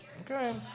okay